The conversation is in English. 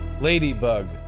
Ladybug